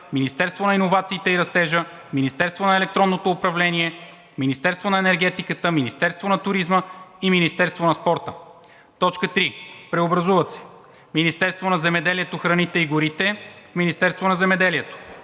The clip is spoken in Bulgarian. Министерство на иновациите и растежа; Министерство на електронното управление; Министерство на енергетиката; Министерство на туризма и Министерство на спорта. 3. Преобразуват се: Министерството на земеделието, храните и горите в Министерство на земеделието;